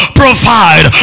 provide